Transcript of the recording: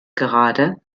gerade